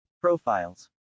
Profiles